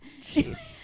Jeez